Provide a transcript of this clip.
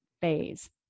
phase